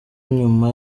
nyuma